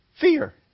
fear